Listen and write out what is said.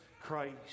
Christ